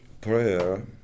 prayer